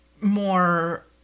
more